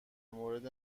مورد